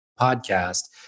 podcast